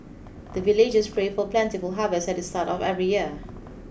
the villagers pray for plentiful harvest at the start of every year